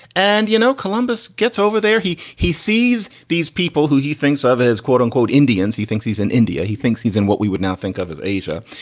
and, you know, columbus gets over there. he he sees these people who he thinks of as quote unquote, indians. he thinks he's in india. he thinks he's in what we would now think of as asia.